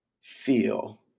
feel